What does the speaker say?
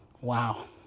Wow